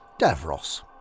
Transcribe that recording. Davros